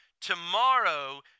tomorrow